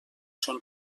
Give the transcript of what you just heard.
són